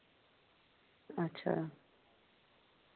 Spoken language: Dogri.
अच्छा